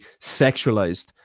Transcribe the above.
sexualized